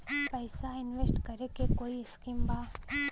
पैसा इंवेस्ट करे के कोई स्कीम बा?